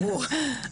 ברור,